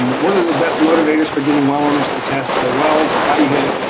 um one of the best motivators for getting well owners to test their wells and how do you have.